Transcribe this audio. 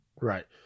Right